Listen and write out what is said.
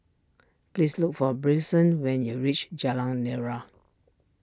please look for Bryson when you reach Jalan Nira